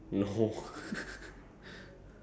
okay lah so far okay lah